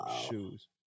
shoes